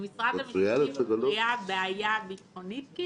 למשרד המשפטים מפריעה בעיה ביטחונית?